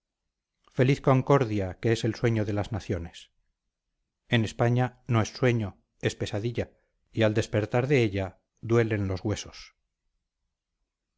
feliz concordia que es el sueño de las naciones en españa no es sueño es pesadilla y al despertar de ella duelen los huesos